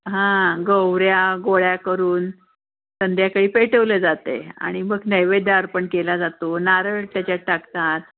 हां गोवऱ्या गोळा करून संध्याकाळी पेटवले जाते आणि मग नैवेद्य अर्पण केला जातो नारळ त्याच्यात टाकतात